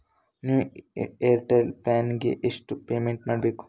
New Airtel plan ಗೆ ಎಷ್ಟು payment ಮಾಡ್ಬೇಕು?